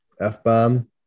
F-bomb